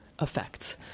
Effects